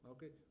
Okay